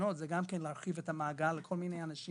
בתקנות היא גם להרחיב את המעגל לכל מיני אנשים,